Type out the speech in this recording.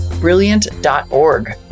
Brilliant.org